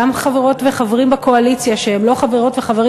גם חברות וחברים בקואליציה שהם לא חברות וחברים